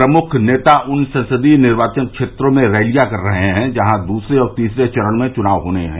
प्रमुख नेता उन संसदीय निर्वाचन क्षेत्रों में रैलियां कर रहे हैं जहां दूसरे और तीसरे चरण में चुनाव होने हैं